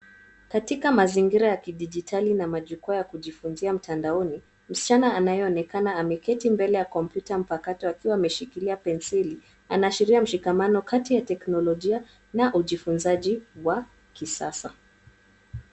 Katika mazingira ya kidijitali na majukwaa ya kujifunzia mtandaoni, msichana anayeonekana ameketi mbele ya kompyuta mpakato akiwa ameshikilia penseli, anaashiria mshikamano kati ya teknolojia na ujifunzaji ya kisasa.